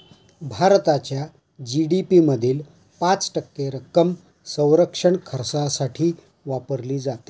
भारताच्या जी.डी.पी मधील पाच टक्के रक्कम संरक्षण खर्चासाठी वापरली जाते